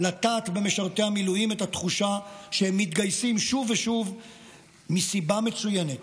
לטעת במשרתי המילואים את התחושה שהם מתגייסים שוב ושוב מסיבה מצוינת.